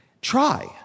Try